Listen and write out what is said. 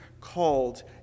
called